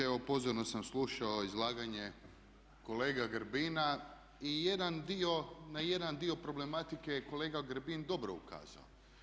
Evo pozorno sam slušao izlaganje kolege Grbina i jedan dio, na jedan dio problematike kolega Grbin je dobro ukazao.